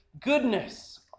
goodness